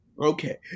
Okay